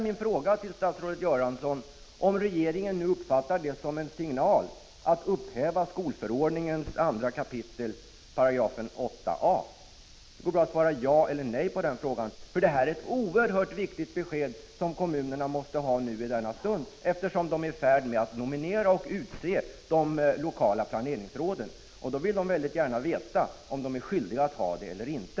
Min fråga till statsrådet är, om regeringen nu uppfattar det som en signal att upphäva skolförordningens 2 kap. 8 a §. Det går bra att svara ja eller nej på den frågan. Detta är ett oerhört viktigt besked, som kommunerna måste ha i denna stund, eftersom de är i färd med att nominera och utse de lokala 25 planeringsråden. Då vill de mycket gärna veta om de är skyldiga att ha sådana råd eller inte.